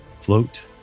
float